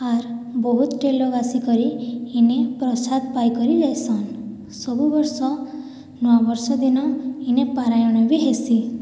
ଆର୍ ବହୁତ୍ଟେ ଲୋକ୍ ଆସିକରି ଇନେ ପ୍ରସାଦ୍ ପାଇକରି ଯାଏସନ୍ ସବୁ ବର୍ଷ ନୂଆବର୍ଷ ଦିନ ଇନେ ପାରାୟଣ ବି ହେସି